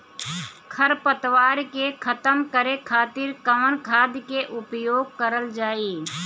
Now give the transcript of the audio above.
खर पतवार के खतम करे खातिर कवन खाद के उपयोग करल जाई?